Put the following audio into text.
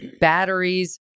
batteries